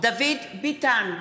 דוד ביטן,